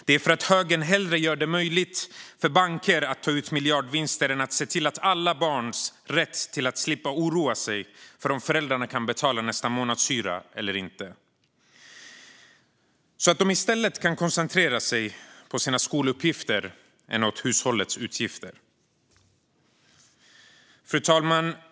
Det är för att högern hellre gör det möjligt för banker att ta ut miljardvinster än att se till att säkra alla barns rätt till att slippa oroa sig för om föräldrarna kan betala nästa månadshyra eller inte, så att de kan koncentrera sig på sina skoluppgifter i stället för på hushållets utgifter. Fru talman!